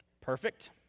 perfect